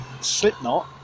Slipknot